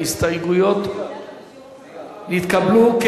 ההסתייגויות נתקבלו,